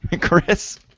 Chris